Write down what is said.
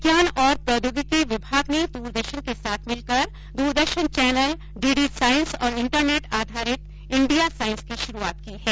विज्ञान और प्रौद्योगिकी विभाग ने दूरदर्शन के साथ मिलकर दूरदर्शन चैनल डीडीसाइंस और इंटरनेट आधारित इंडिया साइंस की शुरूआत की है